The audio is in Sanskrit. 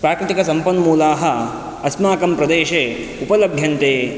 प्राकृतिकसम्पन्मूलाः अस्माकं प्रदेशे उपलभ्यन्ते